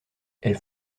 elle